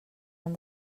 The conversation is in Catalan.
han